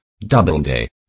Doubleday